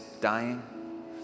dying